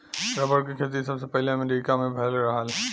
rubber क खेती सबसे पहिले अमरीका में भयल रहल